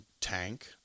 tank